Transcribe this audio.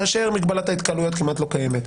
כאשר מגבלת ההתקהלויות כמעט לא קיימת,